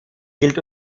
gilt